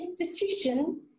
institution